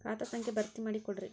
ಖಾತಾ ಸಂಖ್ಯಾ ಭರ್ತಿ ಮಾಡಿಕೊಡ್ರಿ